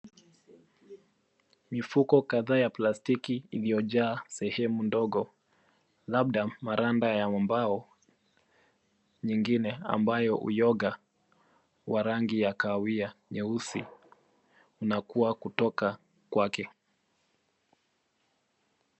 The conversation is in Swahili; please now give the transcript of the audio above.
Mifuko kadhaa ya plastiki iliyojaa sehemu ndogo labda maramba ya wabao nyingine ambayo uyoga wa rangi ya kahawia nyeusi unakua kutoka kwake.